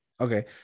Okay